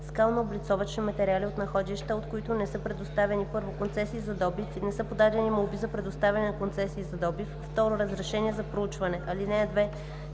скалнооблицовъчни материали от находища, от които не са предоставени: 1. концесии за добив и не са подадени молби за предоставяне на концесии за добив; 2. разрешения за проучване. (2)